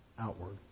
outward